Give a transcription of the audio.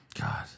God